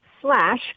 slash